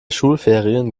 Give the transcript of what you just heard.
schulferien